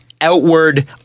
outward